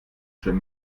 schon